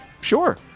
sure